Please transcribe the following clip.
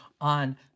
on